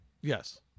Yes